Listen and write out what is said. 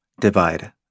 divide